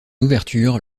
ouverture